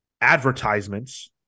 advertisements